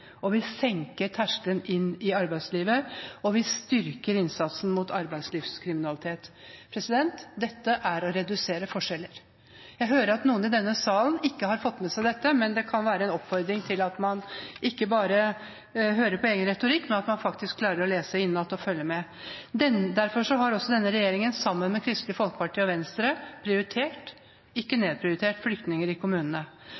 Arbeiderpartiet. Vi senker terskelen inn i arbeidslivet, og vi styrker innsatsen mot arbeidslivskriminalitet. Dette er å redusere forskjeller. Jeg hører at noen i denne salen ikke har fått med seg dette. Det kan være en oppfordring til at man ikke bare hører på egen retorikk, men at man faktisk klarer å lese innenat og følge med. Derfor har denne regjeringen sammen med Kristelig Folkeparti og Venstre prioritert, ikke